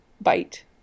bite